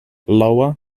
lower